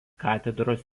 katedros